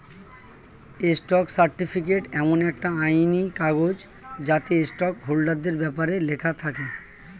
stock certificate এমন একটা আইনি কাগজ যাতে স্টক হোল্ডারদের ব্যপারে লেখা থাকে